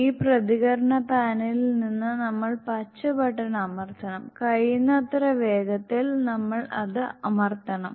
ഈ പ്രതികരണ പാനലിൽ നിന്ന് നമ്മൾ പച്ച ബട്ടൺ അമർത്തണം കഴിയുന്നത്ര വേഗത്തിൽ നമ്മൾ അത് അമർത്തണം